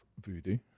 Voodoo